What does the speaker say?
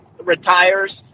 retires